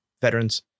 veterans